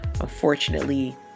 unfortunately